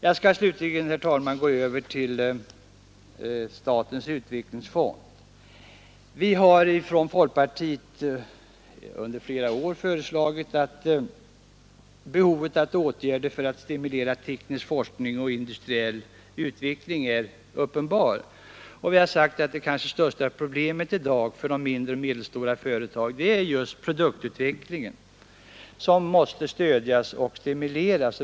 Jag skall slutligen, herr talman, gå över till statens utvecklingsfond. Vi har från folkpartiets sida under flera år framhållit att behovet av åtgärder för att stimulera teknisk forskning och industriell utveckling är uppenbart, och vi har sagt att det kanske största problemet i dag för de mindre och medelstora företagen är just produktutvecklingen som måste stödjas och stimuleras.